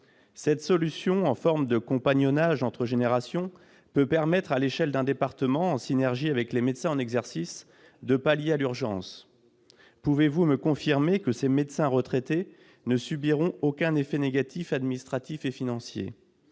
Cette solution en forme de compagnonnage entre générations peut permettre, à l'échelle d'un département, en synergie avec les médecins en exercice, de pallier l'urgence. Toutefois, pouvez-vous me confirmer que ces médecins retraités ne subiront aucun effet négatif administratif et financier ?